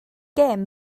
gêm